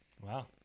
Wow